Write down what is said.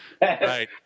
Right